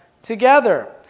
together